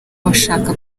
bashaka